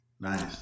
Nice